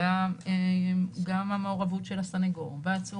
ואולם רשאי בית המשפט לדון בבקשה שהוגשה לאחר המועד האמור,